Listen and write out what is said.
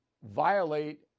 violate